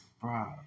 Bro